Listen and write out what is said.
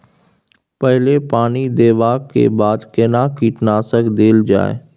पहिले पानी देबै के बाद केना कीटनासक देल जाय?